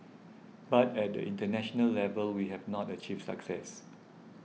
but at the international level we have not achieved success